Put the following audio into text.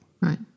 Right